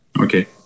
okay